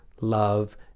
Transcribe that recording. love